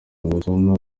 botswana